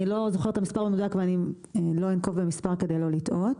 אני לא זוכרת את המספר המדוייק ולא אנקוב במספר כדי לא לטעות.